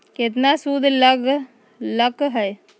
केतना सूद लग लक ह?